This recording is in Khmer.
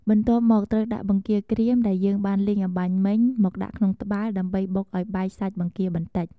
បន្ទាប់មក ត្រូវដាក់បង្គាក្រៀមដែលយើងបានលីងអម្បាញ់មិញ មកដាក់ក្នុងត្បាល់ដើម្បីបុកឱ្យបែកសាច់បង្គាបន្តិច។